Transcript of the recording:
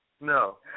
No